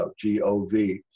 G-O-V